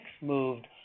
moved